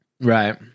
Right